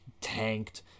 tanked